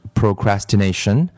procrastination